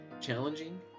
challenging